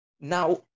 Now